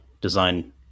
design